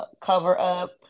cover-up